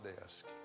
desk